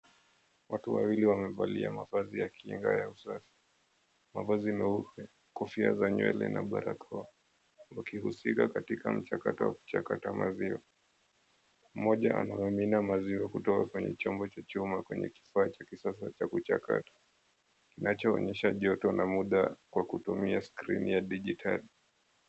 Watu wawili wamevalia mavazi ya kinga ya usafi. Mavazi meupe, kofia za nywele na barakoa, wakihusika katika mchakata wa kuchakata maziwa. Mmoja anamimina maziwa kutoka kwenye chombo cha chuma kwenye kifaa cha kisasa cha kuchakata, kinachoonyesha joto na muda kwa kutumia skrini ya digitali.